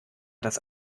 das